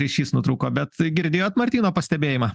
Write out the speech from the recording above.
ryšys nutrūko bet girdėjot martyno pastebėjimą